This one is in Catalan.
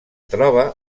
troba